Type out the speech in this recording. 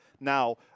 Now